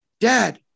Dad